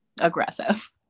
aggressive